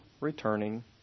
returning